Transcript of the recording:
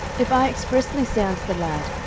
if i expressly say unto the lad,